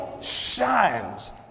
shines